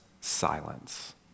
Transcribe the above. silence